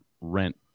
rent